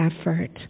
effort